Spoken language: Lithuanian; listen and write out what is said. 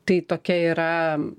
tai tokia yra